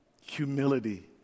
Humility